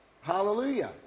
Hallelujah